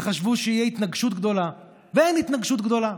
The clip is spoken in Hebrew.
וחשבו שתהיה התנגשות גדולה, ואין התנגשות גדולה,